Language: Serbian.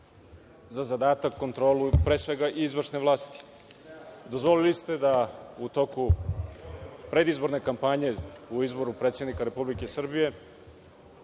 za zadatak, kontrolu, a pre svega izvršne vlasti, dozvolili ste da u toku predizborne kampanje u izboru predsednika Republike Srbije,